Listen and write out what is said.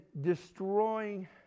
destroying